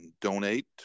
donate